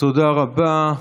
תודה רבה.